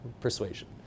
persuasion